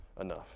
enough